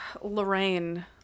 Lorraine